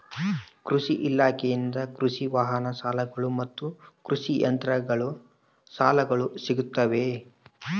ಕೃಷಿ ಇಲಾಖೆಯಿಂದ ಕೃಷಿ ವಾಹನ ಸಾಲಗಳು ಮತ್ತು ಕೃಷಿ ಯಂತ್ರಗಳ ಸಾಲಗಳು ಸಿಗುತ್ತವೆಯೆ?